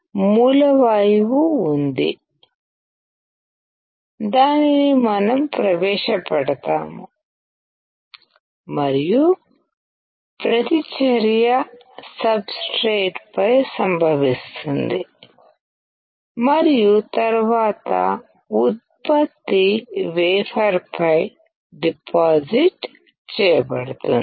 మూల వాయువు ఉంది దానిని మనంప్రవేశపెడతాము మరియు ప్రతిచర్య సబ్ స్ట్రేట్ పై సంభవిస్తుంది మరియు తరువాత ఉత్పత్తి వేఫర్పై డిపాజిట్ చేయబడుతుంది